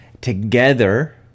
together